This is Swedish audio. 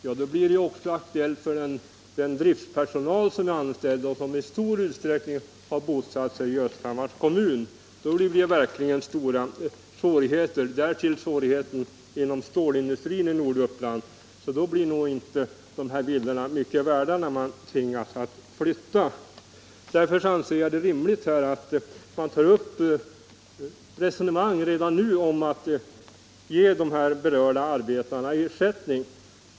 Blir det så, blir problemet också aktuellt för driftspersonalen, som i stor utsträckning bosatt sig i Östhammars kommun. Därtill kommer svårigheten för stålindustrin i Norduppland. Då blir nog inte villorna mycket värda! Därför anser jag det rimligt att redan nu ta upp resonemang om att ge de berörda arbetarna ersättning.